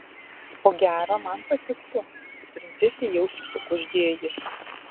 ko gero man patiktų princesei į ausį sukuždėjo jis